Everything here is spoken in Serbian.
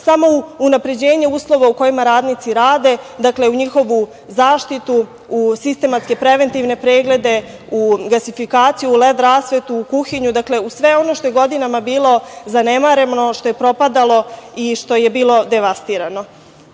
samo u unapređenje uslova u kojima radnici rade, dakle u njihovu zaštitu, u sistematske preventivne preglede, u gasifikaciju, u led rasvetu, kuhinju, u sve ono što je godinama bilo zanemareno, što je propadalo i što je bilo devastirano. Zaista